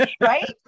Right